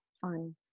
fun